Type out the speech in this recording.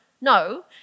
No